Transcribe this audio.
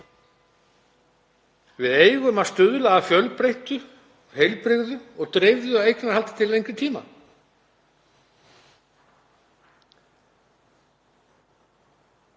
Við eigum að stuðla að fjölbreyttu, heilbrigðu og dreifðu eignarhaldi til lengri tíma.